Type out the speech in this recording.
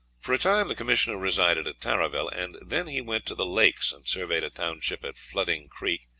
for a time the commissioner resided at tarraville, and then he went to the lakes and surveyed a township at flooding creek,